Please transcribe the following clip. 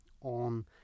on